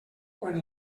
quan